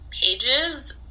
pages